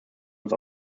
uns